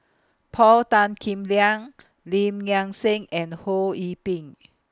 Paul Tan Kim Liang Lim Nang Seng and Ho Yee Ping